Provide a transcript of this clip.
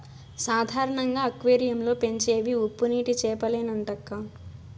సాధారణంగా అక్వేరియం లో పెంచేవి ఉప్పునీటి చేపలేనంటక్కా